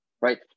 right